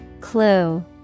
Clue